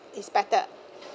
is better